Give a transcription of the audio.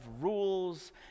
rules